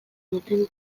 duten